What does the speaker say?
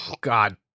god